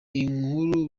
inkuru